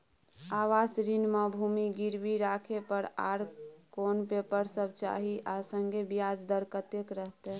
आवास ऋण म भूमि गिरवी राखै पर आर कोन पेपर सब चाही आ संगे ब्याज दर कत्ते रहते?